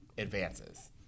advances